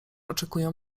oczekują